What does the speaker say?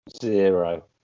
Zero